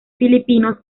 filipinos